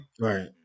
Right